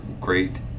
great